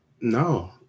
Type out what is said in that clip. No